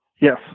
Yes